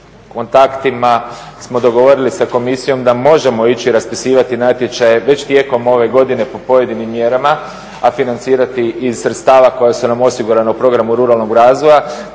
kontaktima smo dogovorili sa komisijom da možemo ići raspisivati natječaje već tijekom ove godine po pojedinim mjerama a financirati iz sredstava koja su nam osigurana u programu ruralnog razvoja